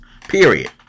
period